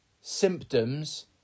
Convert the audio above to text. symptoms